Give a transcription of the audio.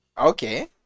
Okay